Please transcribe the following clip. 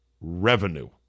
revenue